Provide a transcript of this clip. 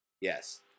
Yes